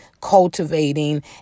cultivating